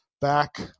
back